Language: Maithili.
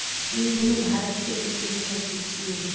झिंगुनी भारतक लोकप्रिय सब्जी छियै